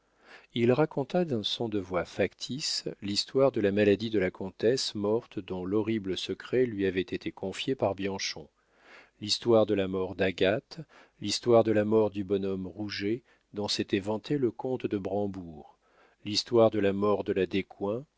il raconta d'un son de voix factice l'histoire de la maladie de la comtesse morte dont l'horrible secret lui avait été confié par bianchon l'histoire de la mort d'agathe l'histoire de la mort du bonhomme rouget dont s'était vanté le comte de brambourg l'histoire de la mort de la